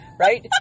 Right